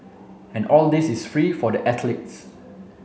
and all this is free for the athletes